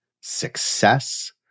success